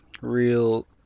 real